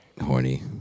horny